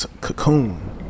cocoon